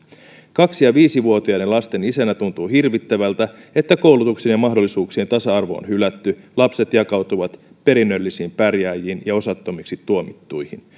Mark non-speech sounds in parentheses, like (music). kaksi ja viisivuotiaiden lasten isänä tuntuu hirvittävältä että koulutuksen ja mahdollisuuksien tasa arvo on hylätty lapset jakautuvat perinnöllisiin pärjääjiin ja osattomiksi tuomittuihin (unintelligible)